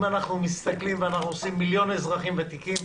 אם אנחנו מסתכלים, מדובר במיליון אזרחים ותיקים